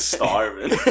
starving